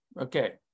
Okay